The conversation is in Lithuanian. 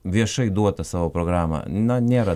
viešai duotą savo programą na nėra